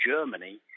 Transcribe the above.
Germany